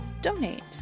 donate